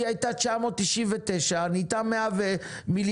יש הזדמנות חסרת תקדים להביא את החקלאות הישראלית למקום חדש.